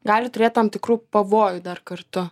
gali turėt tam tikrų pavojų dar kartu